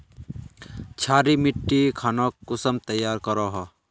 क्षारी मिट्टी खानोक कुंसम तैयार करोहो?